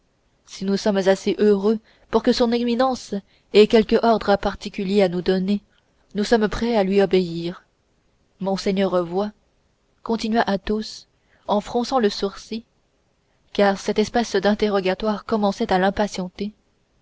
si nous sommes assez heureux pour que son éminence ait quelque ordre particulier à nous donner nous sommes prêts à lui obéir monseigneur voit continua athos en fronçant le sourcil car cette espèce